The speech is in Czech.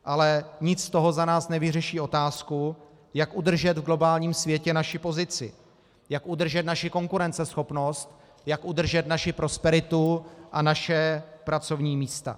Ale nic z toho za nás nevyřeší otázku, jak udržet v globálním světě naši pozici, jak udržet naši konkurenceschopnost, jak udržet naši prosperitu a naše pracovní místa.